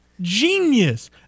Genius